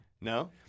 No